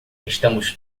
estamos